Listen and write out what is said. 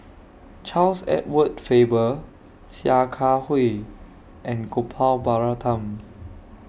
Charles Edward Faber Sia Kah Hui and Gopal Baratham